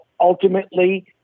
ultimately